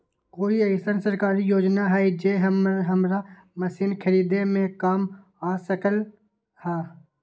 कोइ अईसन सरकारी योजना हई जे हमरा मशीन खरीदे में काम आ सकलक ह?